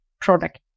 product